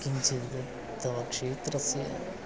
किञ्चिद् तव क्षेत्रस्य